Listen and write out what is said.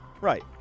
Right